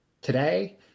today